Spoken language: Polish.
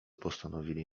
postanowili